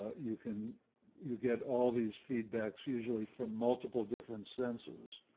you can you get all these feedbacks, usually from multiple different senses,